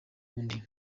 undi